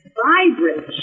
vibrant